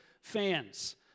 fans